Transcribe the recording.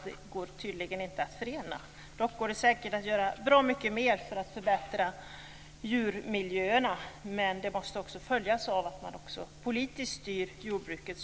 Detta går tydligen inte att förena. Dock går det säkert att göra bra mycket mer för att förbättra djurmiljöerna, men det måste också följas av att man också politiskt styr jordbruket.